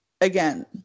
Again